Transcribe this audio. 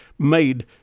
made